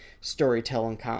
storytelling